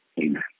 amen